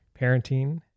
parenting